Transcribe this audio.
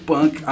Punk